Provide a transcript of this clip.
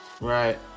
Right